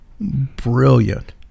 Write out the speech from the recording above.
brilliant